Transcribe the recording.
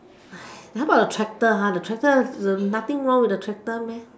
how about the tractor ah the tractor nothing wrong with the tractor meh